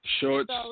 Shorts